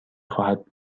خواهد